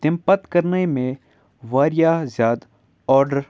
تَمہِ پَتہٕ کَرنٲے مےٚ واریاہ زیادٕ آرڈر